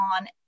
on